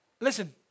Listen